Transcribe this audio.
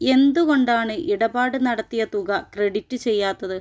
എന്തുകൊണ്ടാണ് ഇടപാട് നടത്തിയ തുക ക്രെഡിറ്റ് ചെയ്യാത്തത്